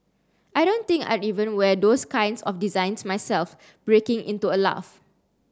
I don't think I'd even wear those kinds of designs myself breaking into a laugh